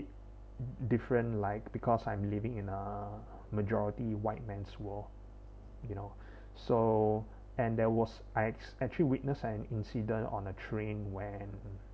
different like because I'm living in a majority white man's world you know so and there was I actually witness an incident on a train when